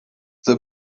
the